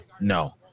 no